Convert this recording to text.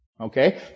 okay